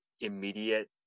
immediate